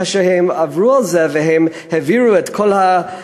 כאשר הם עברו על זה והם העבירו את כל הראיות.